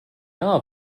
are